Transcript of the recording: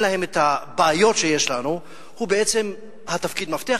להן הבעיות שיש לנו הוא בעצם תפקיד המפתח,